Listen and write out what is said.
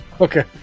Okay